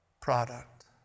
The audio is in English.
Product